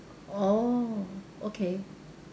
oh okay